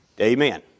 Amen